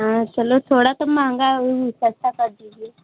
हाँ चलो थोड़ा तो महँगा सस्ता कर दीजिए